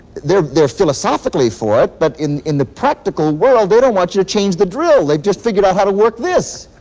they're they're philosophically for it, but in in the practical world, they don't want you to change the drill, they just figured out how to work this.